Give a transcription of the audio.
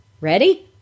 Ready